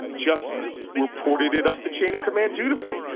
just reported it up the chain of command dutifully.